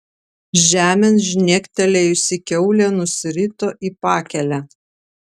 žemėn žnektelėjusi kiaulė nusirito į pakelę